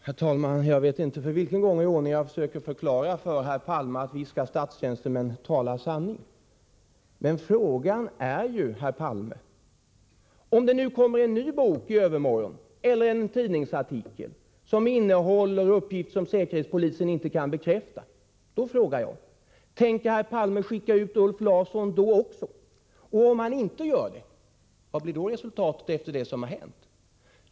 Herr talman! Jag vet inte för vilken gång i ordningen jag försöker förklara för herr Palme att visst skall statstjänstemän tala sanning. Men frågan är ju, herr Palme: Om det i morgon eller övermorgon kommer en ny bok eller tidningsartikel som innehåller uppgifter som säkerhetspolisen inte kan bekräfta, tänker herr Palme skicka ut Ulf Larsson då också? Om herr Palme inte gör det, vad blir då resultatet av vad som har hänt?